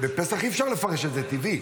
בפסח אי-אפשר לפרש את זה טבעי,